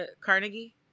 Carnegie